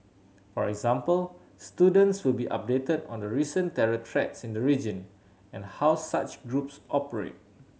for example students will be updated on the recent terror threats in the region and how such groups operate